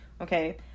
okay